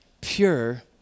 pure